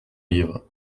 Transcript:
livre